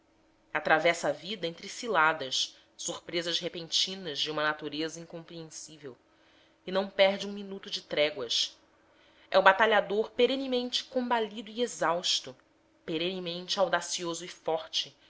atravessa a vida entre ciladas surpresas repentinas de uma natureza incompreensível e não perde um minuto de tréguas é o batalhador perenemente combalido e exausto perenemente audacioso e forte